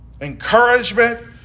encouragement